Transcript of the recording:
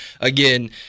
again